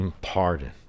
pardon